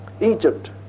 Egypt